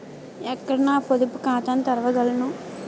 ఎక్కడ నా పొదుపు ఖాతాను తెరవగలను?